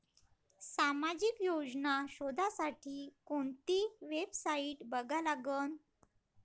सामाजिक योजना शोधासाठी कोंती वेबसाईट बघा लागन?